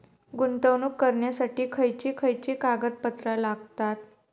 गुंतवणूक करण्यासाठी खयची खयची कागदपत्रा लागतात?